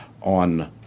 on